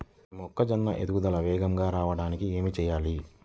మొక్కజోన్న ఎదుగుదల వేగంగా రావడానికి ఏమి చెయ్యాలి?